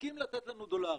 מפסיקים לתת לנו דולרים.